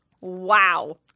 Wow